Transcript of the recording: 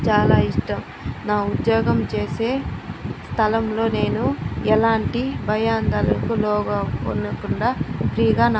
చాలా ఇష్టం నా ఉద్యోగం చేసే స్థలంలో నేను ఎలాంటి భయాందోళనలకు లోనవకుండా ఫ్రీగా నా